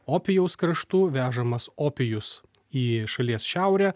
opijaus kraštų vežamas opijus į šalies šiaurę